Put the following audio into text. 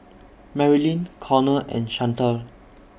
Marylin Cornel and Chantal